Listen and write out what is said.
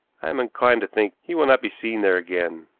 i am inclined to think he will not be seen there again.